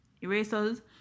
erasers